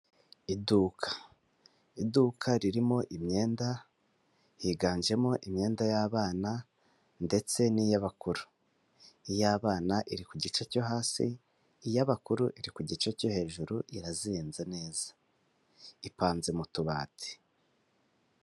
Iduka iduka ririmo imyenda higanjemo imyenda y'abana ndetse n'iy'abakuru iy'abana iri ku gice cyo hasi iy'abakuru iri ku gice cyo hejuru irazinze neza ipanze mu tubati.